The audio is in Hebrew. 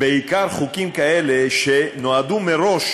בעיקר חוקים כאלה שנועדו מראש